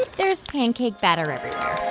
there's pancake batter everywhere